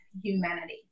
humanity